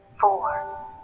four